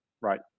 Right